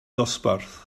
ddosbarth